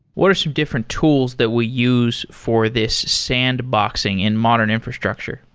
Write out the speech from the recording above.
what are some different tools that we use for this sandboxing in modern infrastructure?